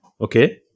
okay